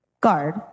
guard